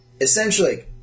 essentially